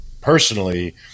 personally